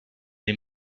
des